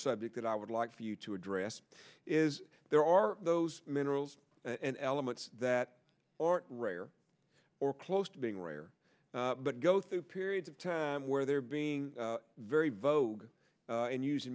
subject that i would like for you to address is there are those minerals elements that rare or close to being rare but go through periods of time where they're being very vogue and using